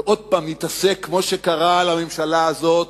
ועוד פעם נתעסק, כמו שקרה לממשלה הזאת,